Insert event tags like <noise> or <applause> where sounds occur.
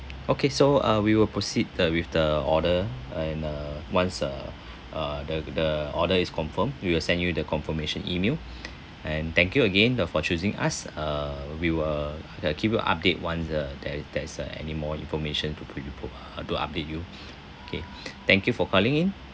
okay so uh we will proceed uh with the order and uh once uh uh the the order is confirmed we will send you the confirmation email <breath> and thank you again for choosing us uh we will uh keep you update once uh there there's uh anymore information to to update you okay thank you for calling in